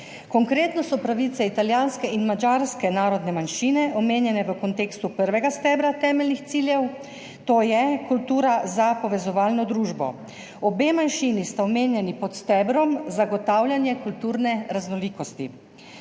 Konkretno so pravice italijanske in madžarske narodne manjšine omenjene v kontekstu prvega stebra temeljnih ciljev, to je Kultura za povezovalno družbo. Obe manjšini sta omenjeni pod stebrom Zagotavljanje kulturne raznolikosti.